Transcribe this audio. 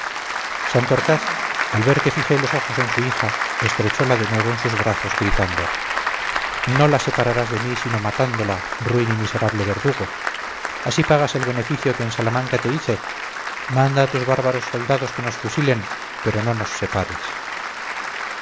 al ver que fijé los ojos en su hija estrechola de nuevo en sus brazos gritando no la separarás de mí sino matándola ruin y miserable verdugo así pagas el beneficio que en salamanca te hice manda a tus bárbaros soldados que nos fusilen pero no nos separes